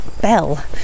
bell